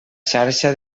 xarxa